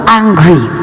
angry